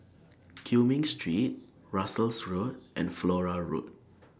Cumming Street Russels Road and Flora Road